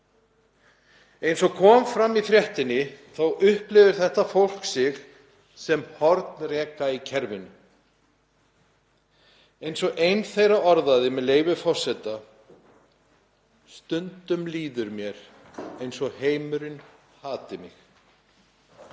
Eins og kom fram í fréttinni þá upplifir þetta fólk sig hornreka í kerfinu, eins og ein þeirra orðaði, með leyfi forseta: Stundum líður mér eins og heimurinn hati mig.